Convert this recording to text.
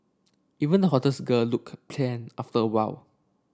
even the hottest girl looked after awhile